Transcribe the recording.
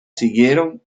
siguieron